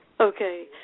Okay